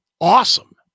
awesome